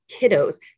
kiddos